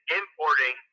importing